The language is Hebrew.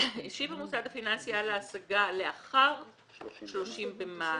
השיב המוסד הפיננסי על ההשגה לאחר 30 במאי,